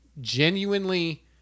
genuinely